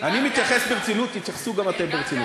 אני מתייחס ברצינות, תתייחסו גם אתם ברצינות.